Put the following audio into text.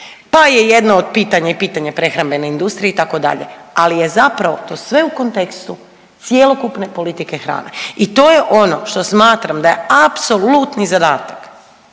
pa je jedno od pitanja i pitanje prehrambene industrije itd., ali je zapravo to sve u kontekstu cjelokupne politike hrane. I to je ono što smatram da je apsolutni zadatak